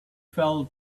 fell